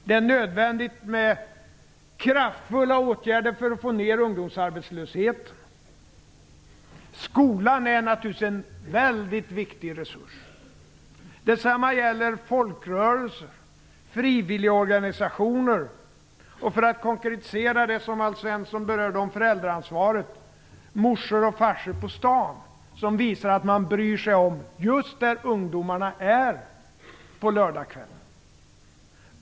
Det är nödvändigt med kraftfulla åtgärder för att få ned ungdomsarbetslösheten. Skolan är naturligtvis en väldigt viktig resurs. Detsamma gäller folkrörelser och frivilligorganisationer. För att konkretisera det som Alf Svensson berörde om föräldraansvaret kan jag nämna Farsor och Morsor på Stan, som visar att man bryr sig om just där ungdomarna är på lördagkvällarna.